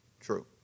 True